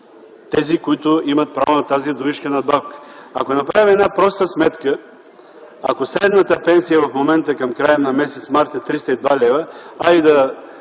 тези, които имат право на тази вдовишка надбавка. Ако направим една проста сметка – ако средната пенсия към края на м. март е 302 лв., да